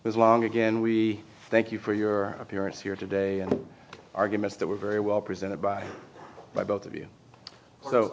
long again we thank you for your appearance here today and arguments that were very well presented by both of you so